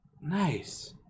nice